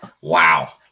Wow